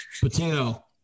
Patino